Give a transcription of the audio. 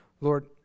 Lord